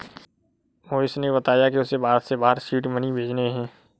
मोहिश ने बताया कि उसे भारत से बाहर सीड मनी भेजने हैं